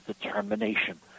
determination